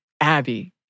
Abby